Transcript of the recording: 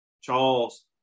Charles